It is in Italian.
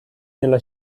nella